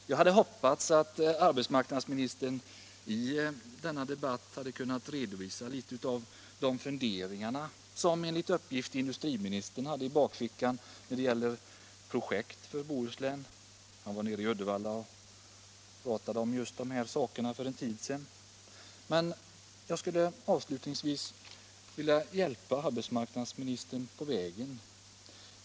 Jag hade hoppats att arbetsmarknadsministern i denna debatt kunnat redovisa litet av de funderingar som enligt uppgift industriministern hade beträffande projekt för Bohuslän. För en tid sedan var han nere i Uddevalla och talade om just de här sakerna. Avslutningsvis skulle jag vilja hjälpa arbetsmarknadsministern på vägen.